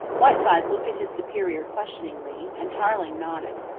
whiteside looked at his superior questioningly, and tarling nodded.